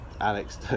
Alex